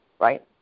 right